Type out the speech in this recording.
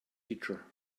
teacher